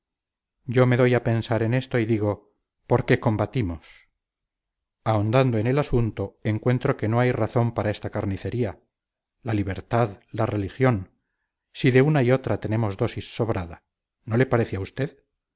yo me doy a pensar en esto y digo por qué combatimos ahondando en el asunto encuentro que no hay razón para esta carnicería la libertad la religión si de una y otra tenemos dosis sobrada no le parece a usted